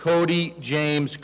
cody james